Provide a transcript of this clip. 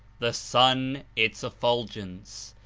the sun its effulgence,